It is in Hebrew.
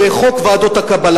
וחוק ועדות הקבלה.